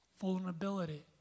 vulnerability